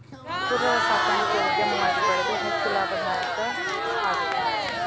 ಕುರರ ಸಾಕಾಣಿಕೆ ಉದ್ಯಮವಾಗಿ ಬೆಳದು ಹೆಚ್ಚ ಲಾಭದಾಯಕಾ ಆಗೇತಿ